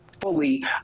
fully